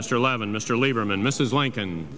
mr levin mr lieberman mrs lincoln